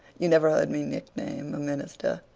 you never heard me nickname a minister.